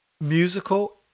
musical